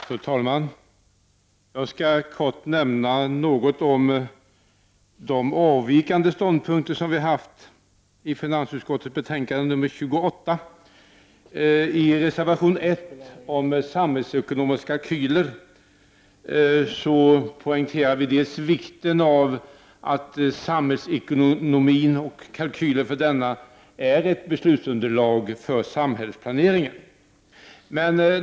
Fru talman! Jag skall kort nämna något om de avvikande ståndpunkter som centerpartiet har haft i finansutskottets betänkande nr 28. I reservation 1 om samhällsekonomiska kalkyler poängterar vi vikten av att samhällsekonomin och kalkyler för denna utgör ett beslutsunderlag för samhällsplaneringen.